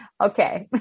okay